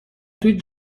توی